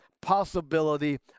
possibility